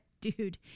dude